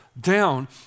down